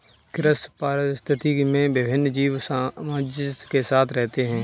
कृषि पारिस्थितिकी में विभिन्न जीव सामंजस्य के साथ रहते हैं